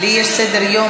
אין קשר בין,